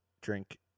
drink